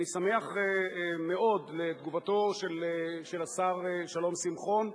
אני שמח מאוד על תגובתו של השר שלום שמחון,